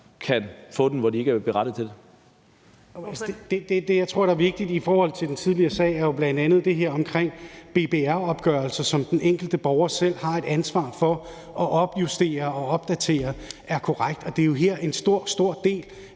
14:12 Henrik Møller (S): Det, jeg tror er vigtigt i forhold til den tidligere sag, er jo bl.a. det her omkring BBR-opgørelsen, som den enkelte borger selv har et ansvar for at opjustere og opdatere til at være korrekt, og det er jo her, en stor, stor del